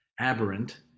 aberrant